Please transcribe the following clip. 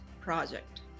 project